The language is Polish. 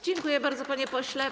Dziękuję bardzo, panie pośle.